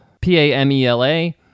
P-A-M-E-L-A